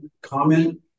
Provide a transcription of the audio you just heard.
comment